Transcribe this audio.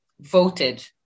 voted